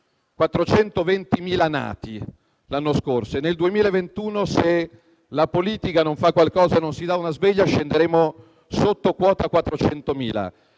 420.000 nati l'anno scorso e nel 2021, se la politica non fa qualcosa e non si dà una svegliata, scenderemo sotto quota 400.000.